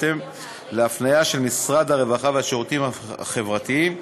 בהתאם להפניה של משרד הרווחה והשירותים החברתיים,